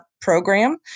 program